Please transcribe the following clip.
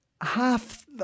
half